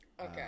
Okay